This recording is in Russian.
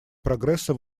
прогресса